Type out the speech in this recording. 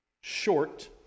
short